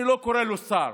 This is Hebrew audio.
אני לא קורא לו שר,